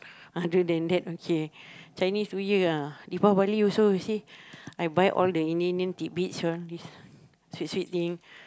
other than that okay Chinese New Year ah Deepavali also you see I buy all the Indian Indian tidbits one this sweet sweet things